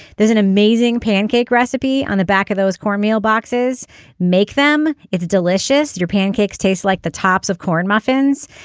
there's an amazing pancake recipe on the back of those cornmeal boxes make them. it's delicious your pancakes tastes like the tops of corn muffins.